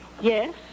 Yes